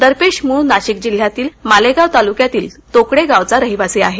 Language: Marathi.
दर्पेश मूळ नाशिक जिल्ह्यातील मालेगांव तालुक्यातील तोकडे गावचा रहिवासी आहे